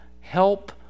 help